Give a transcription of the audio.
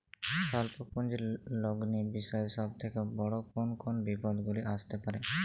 স্বল্প পুঁজির লগ্নি বিষয়ে সব থেকে বড় কোন কোন বিপদগুলি আসতে পারে?